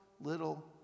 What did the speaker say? little